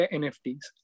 nfts